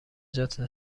جات